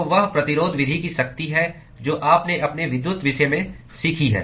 तो वह प्रतिरोध विधि की शक्ति है जो आपने अपने विद्युत विषय में सीखी है